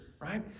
right